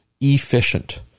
efficient